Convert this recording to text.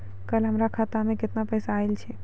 कल हमर खाता मैं केतना पैसा आइल छै?